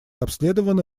обследованы